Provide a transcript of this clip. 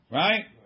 right